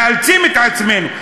מאלצים את עצמנו,